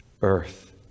earth